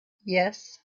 yes